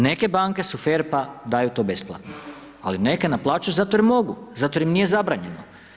Neke banke su fer, pa daju to besplatno, ali neke naplaćuju zato jer mogu, zato jer im nije zabranjeno.